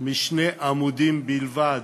משני עמודים בלבד,